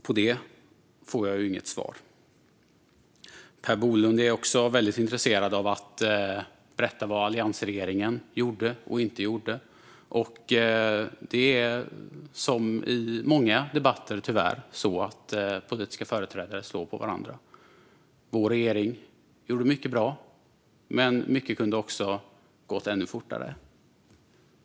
På det får jag inget svar. Per Bolund är också väldigt intresserad av att berätta vad alliansregeringen gjorde och inte gjorde. Som i många debatter, tyvärr, slår politiska företrädare på varandra. Vår regering gjorde mycket bra, men mycket kunde ha gått fortare.